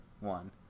one